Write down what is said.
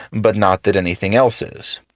but not that anything else is.